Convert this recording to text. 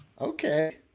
okay